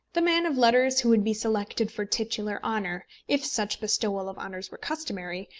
the man of letters who would be selected for titular honour, if such bestowal of honours were customary,